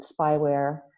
spyware